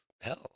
hell